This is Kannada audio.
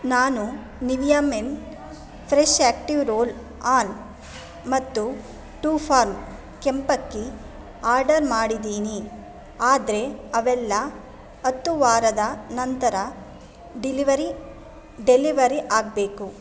ನಾನು Nivea men fresh active roll on ಮತ್ತು ಟ್ರೂ ಫಾರ್ಮ್ ಕೆಂಪಕ್ಕಿ ಆರ್ಡರ್ ಮಾಡಿದ್ದೀನಿ ಆದರೆ ಅವೆಲ್ಲಾ ಹತ್ತು ವಾರದ ನಂತರ ಡಿಲಿವರಿ ಡೆಲಿವರಿ ಆಗಬೇಕು